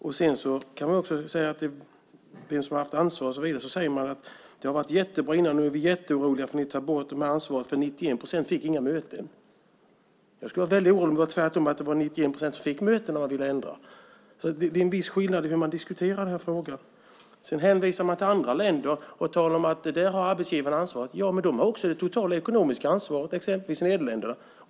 När det gäller vem som har haft ansvar säger man att det har varit jättebra tidigare, och nu är man jätteorolig för att vi tar bort ansvaret därför att 91 procent inte fick några möten. Jag skulle vara väldigt orolig om det var tvärtom, att det var att 91 procent fick möten som man ville ändra. Det är en viss skillnad i hur man diskuterar den här frågan. Sedan hänvisar man till andra länder och talar om att där har arbetsgivarna ansvaret. Ja, men de har också det totala ekonomiska ansvaret, exempelvis i Nederländerna.